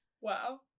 Wow